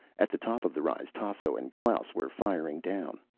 at the top of the rise tasso and klaus were firing down.